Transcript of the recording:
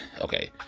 Okay